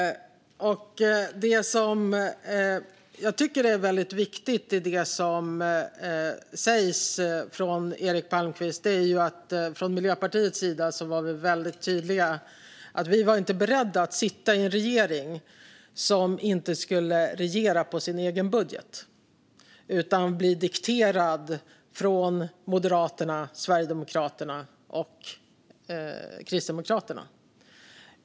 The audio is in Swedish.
Det som är väldigt viktigt är det som sägs från Eric Palmqvist. Från Miljöpartiets sida var vi väldigt tydliga med att vi inte var beredda att sitta i en regering som inte skulle regera på sin egen budget utan bli dikterad från Moderaterna, Sverigedemokraterna och Kristdemokraterna.